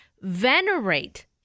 Venerate